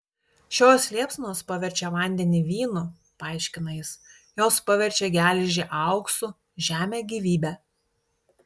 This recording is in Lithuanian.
šios liepsnos paverčia vandenį vynu paaiškina jis jos paverčia geležį auksu žemę gyvybe